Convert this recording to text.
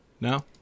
No